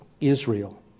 Israel